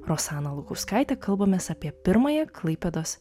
rosana lukauskaite kalbamės apie pirmąją klaipėdos